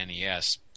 NES